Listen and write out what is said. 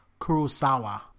Kurosawa